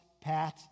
pat